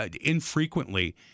infrequently